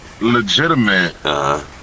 legitimate